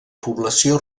població